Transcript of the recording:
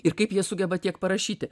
ir kaip jie sugeba tiek parašyti